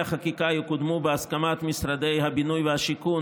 החקיקה יקודמו בהסכמת משרדי הבינוי והשיכון,